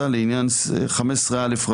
לעניין סעיף 15א,